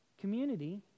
community